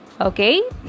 okay